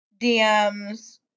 DMs